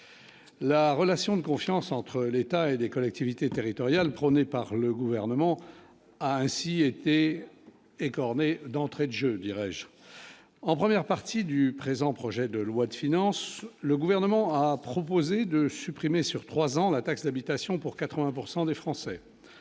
La relation de confiance entre l'État et des collectivités territoriales, prônée par le gouvernement, a ainsi été écornée d'entraide je dirais-je en première partie du présent projet de loi de finances, le gouvernement a proposé de supprimer sur 3 ans, la taxe d'habitation pour 80 pourcent des Français,